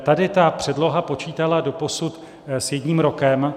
Tady ta předloha počítala doposud s jedním rokem.